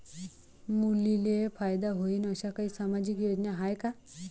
मुलींले फायदा होईन अशा काही सामाजिक योजना हाय का?